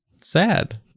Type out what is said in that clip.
Sad